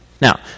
Now